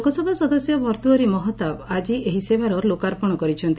ଲୋକସଭା ସଦସ୍ୟ ଭର୍ର୍ର୍ହରି ମହତାବ ଆକି ଏହି ସେବାର ଲୋକାର୍ପଶ କରିଛନ୍ତି